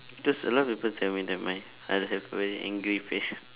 cause a lot of people tell me that my I have very angry face